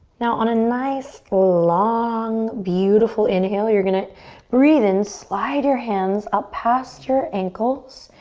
now on a nice, long beautiful inhale you're gonna breathe in, slide your hands up past your ankles.